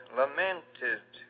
lamented